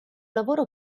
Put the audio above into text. lavoro